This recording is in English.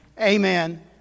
Amen